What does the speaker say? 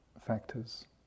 factors